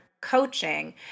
coaching